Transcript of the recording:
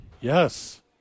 Yes